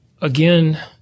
again